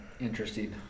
Interesting